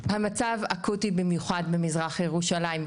המצב אקוטי במיוחד במזרח ירושלים,